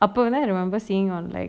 அப்பவலாம்:appavalam I remember seeing on like